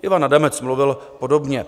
Ivan Adamec mluvil podobně.